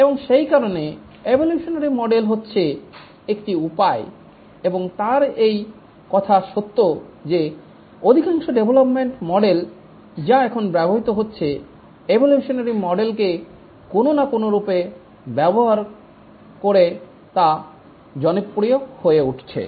এবং সেই কারণে এভোলিউশনারী মডেলহচ্ছে একটি উপায় এবং তার এই কথা সত্য যে অধিকাংশ ডেভলপমেন্ট মডেল যা এখন ব্যবহৃত হচ্ছে এভোলিউশনারী মডেলকে কোন না কোন রূপে ব্যবহার করে তা জনপ্রিয় হয়ে উঠছে